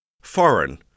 foreign